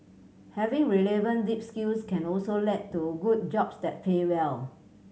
having relevant deep skills can also let to good jobs that pay well